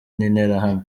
n’interahamwe